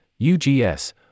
UGS